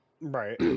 Right